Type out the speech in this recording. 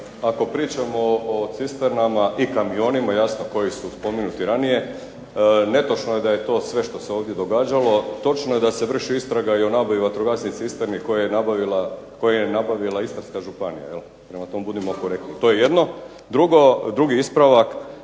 ako pričamo o cisternama i kamionima koji su spomenuti ranije netočno je da je to sve što se ovdje događalo. Točno je da se vrši istraga o nabavi vatrogasnih cisterni koje je nabavila Istarska županija, prema tome budimo korektno. To je jedno. Drugi ispravak